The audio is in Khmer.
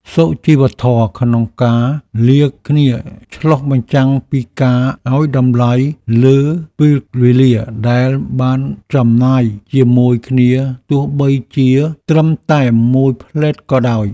សុជីវធម៌ក្នុងការលាគ្នាឆ្លុះបញ្ចាំងពីការឱ្យតម្លៃលើពេលវេលាដែលបានចំណាយជាមួយគ្នាទោះបីជាត្រឹមតែមួយភ្លែតក៏ដោយ។